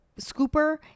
scooper